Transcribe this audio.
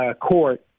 court